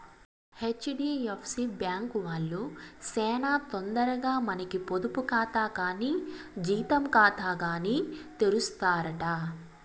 HDFC bank వాల్లు సేనా తొందరగా మనకి పొదుపు కాతా కానీ జీతం కాతాగాని తెరుస్తారట